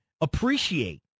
appreciate